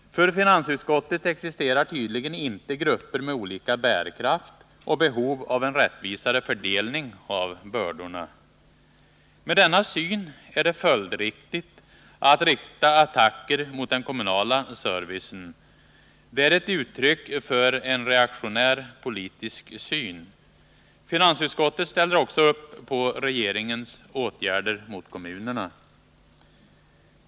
För finansutskottet existerar tydligen inte grupper med olika bärkraft och behov av en rättvisare fördelning av bördorna. Med denna syn är det följdriktigt att man riktar attacker mot den kommunala servicen. Det är ett uttryck för en reaktionär politisk syn. Finansutskottet ställer också upp på regeringens åtgärder mot kommunerna.